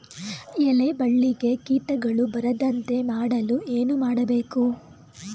ಎಲೆ ಬಳ್ಳಿಗೆ ಕೀಟಗಳು ಬರದಂತೆ ಮಾಡಲು ಏನು ಮಾಡಬೇಕು?